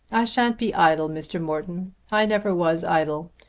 i shan't be idle, mr. morton. i never was idle.